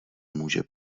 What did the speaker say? může